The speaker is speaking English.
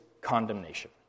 condemnation